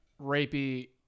rapey